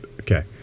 Okay